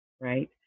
right